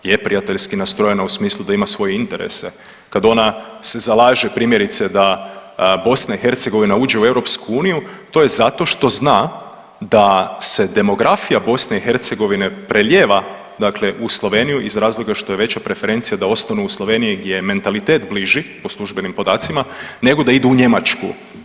Je prijateljski nastrojena u smislu da ima svoje interese kad ona se zalaže, primjerice, da BiH uđe u EU, to je zato što zna da se demografija BiH prelijeva dakle u Sloveniju iz razloga što je veća preferencija da ostanu u Sloveniji gdje je mentalitet bliži po službenim podacima nego da idu u Njemačku.